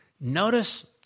Notice